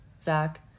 Zach